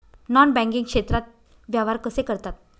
Non banking क्षेत्रात व्यवहार कसे करतात?